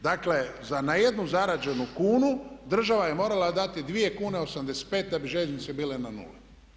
Dakle, za na jednu zarađenu kunu država je morala dati dvije kune 85 da bi željeznice bile na nuli.